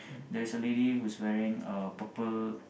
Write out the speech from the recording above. there's a lady who is wearing uh purple